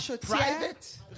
private